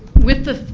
with the,